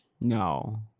no